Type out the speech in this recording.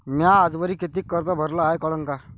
म्या आजवरी कितीक कर्ज भरलं हाय कळन का?